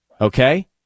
okay